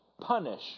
punish